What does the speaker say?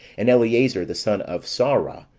and eleazar, the son of saura,